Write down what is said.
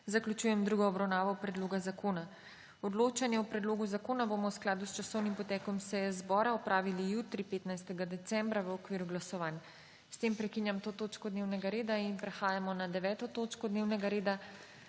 zaključujem drugo obravnavo predloga zakona. Odločanje o predlogu zakona bomo v skladu s časovnim potekom seje zbora opravili jutri, 15. decembra, v okviru glasovanj. S tem prekinjam to točko dnevnega reda. Prehajamo na **9. TOČKO DNEVNEGA REDA,